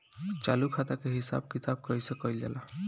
चालू खाता के हिसाब किताब कइसे कइल जाला?